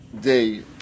Day